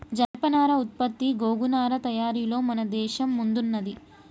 జనపనార ఉత్పత్తి గోగు నారా తయారీలలో మన దేశం ముందున్నది